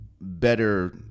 better